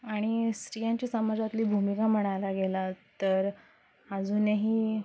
आणि स्त्रियांच्या समाजातली भूमिका म्हणायला गेला तर अजूनही